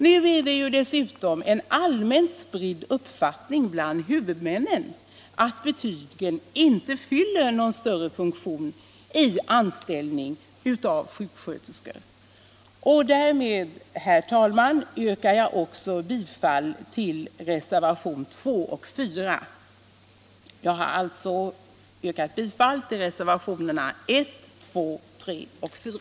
Nu är det dessutom en allmänt spridd uppfattning bland huvudmännen att betygen inte fyller någon större funktion i samband med anställningen av sjuksköterskor.